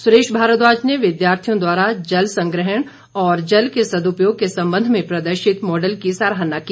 सुरेश भारद्वाज ने विद्यार्थियों द्वारा जल संग्रहण व जल के सदुपयोग के संबंध में प्रदर्शित मॉडल की सराहना की